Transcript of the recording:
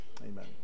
amen